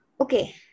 okay